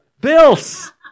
Bills